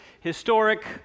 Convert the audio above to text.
historic